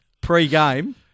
pre-game